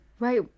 Right